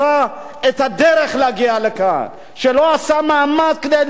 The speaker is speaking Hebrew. שלא עשתה מאמץ כדי לסגור שלא ייכנסו למדינה שלנו.